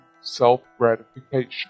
self-gratification